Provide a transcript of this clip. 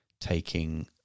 taking